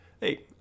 hey